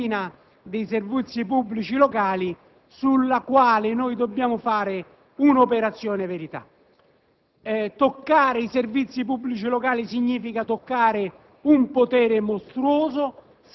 anche alla disciplina dei servizi pubblici locali, sulla quale dobbiamo fare una operazione verità. Toccare i servizi pubblici locali significa toccare